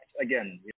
again